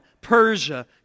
Persia